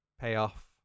payoff